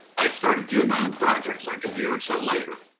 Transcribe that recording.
i started doing my own projects like a year or so later.